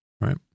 right